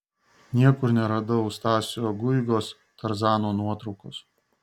niekur neradau stasio guigos tarzano nuotraukos